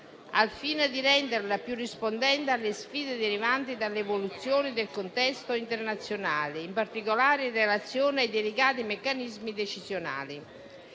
al fine di renderla più rispondente alle sfide derivanti dall'evoluzione del contesto internazionale, in particolare in relazione ai delicati meccanismi decisionali.